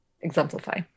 exemplify